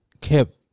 kept